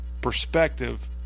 perspective